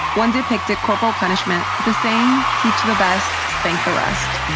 one depicted corporal punishment the saying teach the best, spank the rest